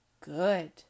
good